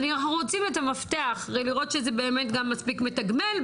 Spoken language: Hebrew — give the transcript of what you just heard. אנחנו רוצים את המפתח כדי לראות שזה באמת מספיק מתגמל,